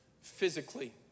physically